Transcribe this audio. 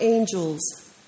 Angels